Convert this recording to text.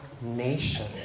nation